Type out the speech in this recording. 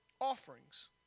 offerings